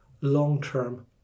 long-term